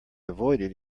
avoided